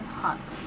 hot